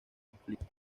conflicto